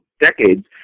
decades